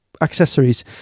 accessories